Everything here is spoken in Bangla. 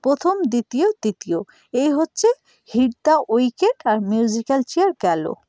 প্রথম দ্বিতীয় তৃতীয় এই হচ্ছে হিট দ্য উইকেট আর মিউজিক্যাল চেয়ার গেল